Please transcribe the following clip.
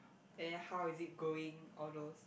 and how is it going all those